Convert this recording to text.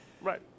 right